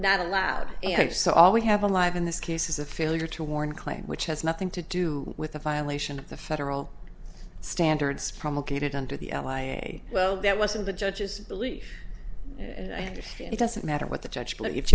not allowed and if so all we have a live in this case is a failure to warn claim which has nothing to do with a violation of the federal standards promulgated under the l a well that was in the judge's belief it doesn't matter what the judge but if